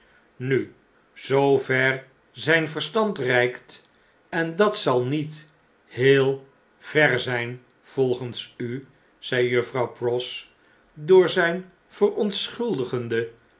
nu zoover zijn verstand reikt en dat zal niet heel ver zijn volgens u zei juffrouw pross door zijn